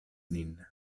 nin